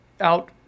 out